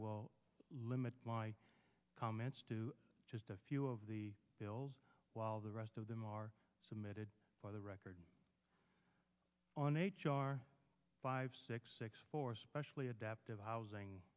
will limit comments to just a few of the bills while the rest of them are submitted for the record on h r five six six four specially adapted housing